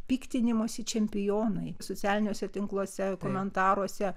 piktinimosi čempionai socialiniuose tinkluose komentaruose